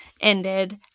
ended